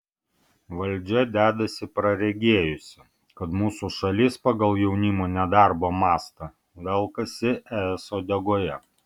valdžia dedasi praregėjusi kad mūsų šalis pagal jaunimo nedarbo mastą velkasi es uodegoje